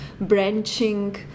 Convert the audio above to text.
branching